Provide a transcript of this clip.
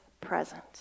present